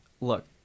look